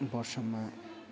वर्षमा